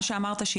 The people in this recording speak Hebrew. מה שאמרת,